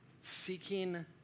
Seeking